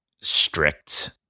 strict